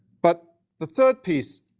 but the third piece,